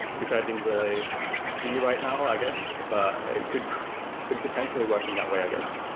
which i didn't really see right now, i guess, but it could could potentially work in that way i guess.